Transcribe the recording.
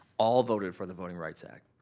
all voted for the voting rights act.